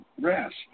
rest